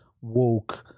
woke